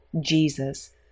Jesus